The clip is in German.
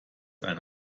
eine